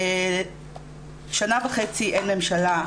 שנה וחצי אין ממשלה,